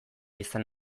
izan